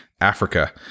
Africa